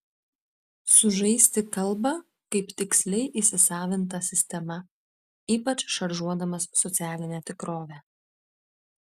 sužaisti kalba kaip tiksliai įsisavinta sistema ypač šaržuodamas socialinę tikrovę